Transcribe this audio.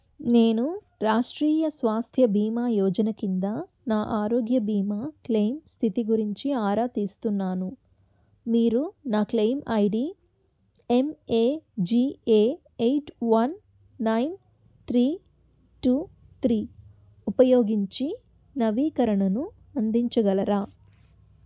నేను రాష్ట్రీయ స్వాస్థ్య బీమా యోజన కింద నా ఆరోగ్య బీమా క్లెయిమ్ స్థితి గురించి ఆరా తీస్తున్నాను మీరు నా claim I D M A G A eight one nine three two three ఉపయోగించి నవీకరణను అందించగలరా